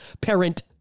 Parent